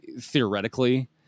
Theoretically